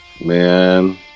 Man